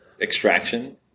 extraction